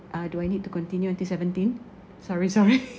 uh do I need to continue until seventeen sorry sorry